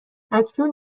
اکنون